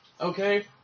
Okay